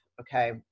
Okay